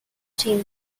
team